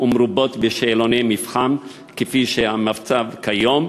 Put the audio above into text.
ומרובות בשאלוני מבחן כמו שהמצב כיום.